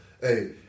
Hey